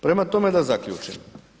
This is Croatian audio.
Prema tome, da zaključim.